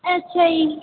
ਅੱਛਿਆ ਜੀ